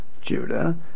Judah